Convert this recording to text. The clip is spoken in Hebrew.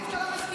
אתה לא מסכים.